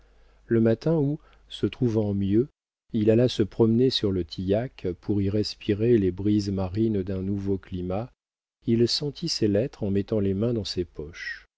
le matin où se trouvant mieux il alla se promener sur le tillac pour y respirer les brises marines d'un nouveau climat il sentit ses lettres en mettant les mains dans ses poches